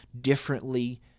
differently